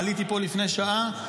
עליתי פה לפני שעה,